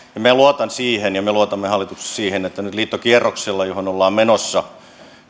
minä luotan siihen ja me luotamme hallituksessa siihen että nyt liittokierroksella johon ollaan menossa